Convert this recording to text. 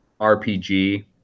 RPG